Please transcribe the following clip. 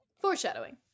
Foreshadowing